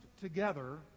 together